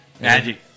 magic